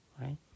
right